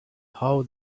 how